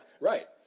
right